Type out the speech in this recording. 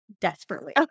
desperately